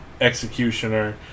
executioner